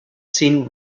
seen